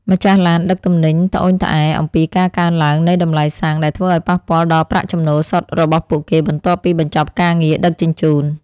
ម្ចាស់ឡានដឹកទំនិញត្អូញត្អែរអំពីការកើនឡើងនៃតម្លៃសាំងដែលធ្វើឱ្យប៉ះពាល់ដល់ប្រាក់ចំណូលសុទ្ធរបស់ពួកគេបន្ទាប់ពីបញ្ចប់ការងារ ដឹកជញ្ជូន។